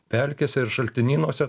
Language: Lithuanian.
pelkėse ir šaltinynuose